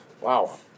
Wow